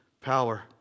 power